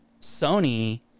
Sony –